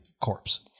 corpse